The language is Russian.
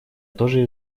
тоже